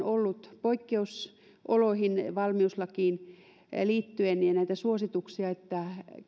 ollut poikkeusoloihin valmiuslakiin liittyen näitä suosituksia että